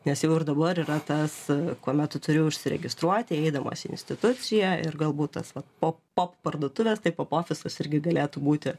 nes jau ir dabar yra tas kuomet tu turi užsiregistruoti eidamas į instituciją ir galbūt tas vat po po parduotuves tai po ofisus irgi galėtų būti